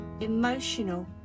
emotional